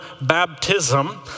baptism